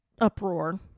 uproar